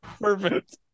perfect